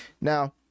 now